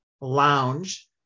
lounge